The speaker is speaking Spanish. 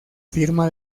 firma